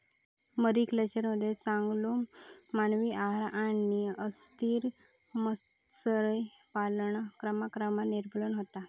मरीकल्चरमध्ये चांगलो मानवी आहार आणि अस्थिर मत्स्य पालनाचा क्रमाक्रमान निर्मूलन होता